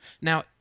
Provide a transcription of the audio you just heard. Now